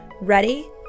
Ready